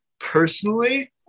Personally